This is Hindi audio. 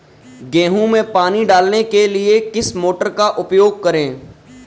गेहूँ में पानी डालने के लिए किस मोटर का उपयोग करें?